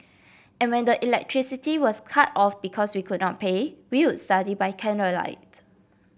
and when the electricity was cut off because we could not pay we would study by candlelight